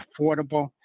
affordable